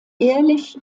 ehrlich